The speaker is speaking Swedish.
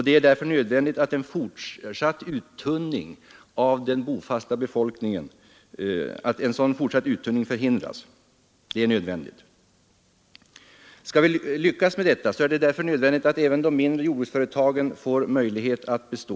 Det är därför nödvändigt att fortsatt uttunning av den bofasta befolkningen förhindras. Skall vi lyckas med detta, är det nödvändigt att även de mindre jordbruksföretagen får möjlighet att bestå.